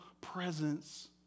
presence